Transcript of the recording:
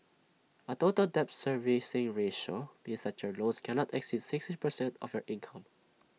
A total debt servicing ratio means such your loans cannot exceed sixty percent of your income